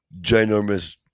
ginormous